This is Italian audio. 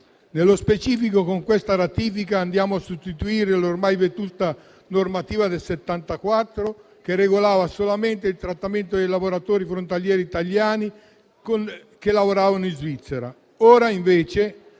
Nello specifico, con questa ratifica andiamo a sostituire l'ormai vetusta normativa del 1974, che regolava solo il trattamento dei lavoratori frontalieri italiani che lavoravano in Svizzera. Ora, invece,